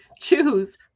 choose